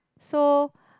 so